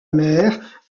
mère